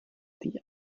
die